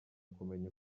kumenya